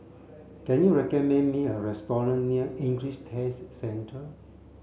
can you recommend me a restaurant near English Test Centre